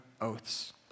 oaths